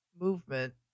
movement